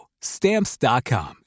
Stamps.com